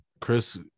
Chris